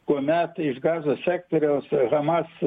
kuomet iš gazos sektoriaus hamas